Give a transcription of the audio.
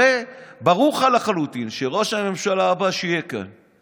הרי ברור לך לחלוטין שראש הממשלה הבא שיהיה כאן,